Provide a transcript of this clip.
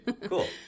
cool